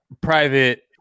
private